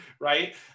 right